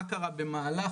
מה קרה במהלך,